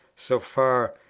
so far,